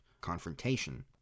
confrontation